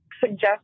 suggest